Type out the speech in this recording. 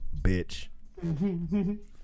bitch